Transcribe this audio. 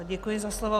Děkuji za slovo.